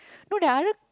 no there are other